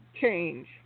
change